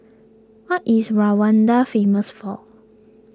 what is Rwanda famous for